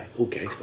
Okay